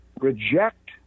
reject